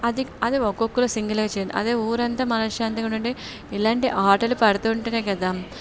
అది అది ఒక్కొక్కరు సింగిల్గా చెయ్యాలి అదే ఊరంతా మనశ్శాంతిగా ఉండాలంటే ఇలాంటి ఆటలు పడుతుంటేనే కదా